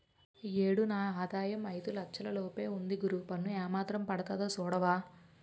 ఈ ఏడు నా ఆదాయం ఐదు లచ్చల లోపే ఉంది గురూ పన్ను ఏమాత్రం పడతాదో సూడవా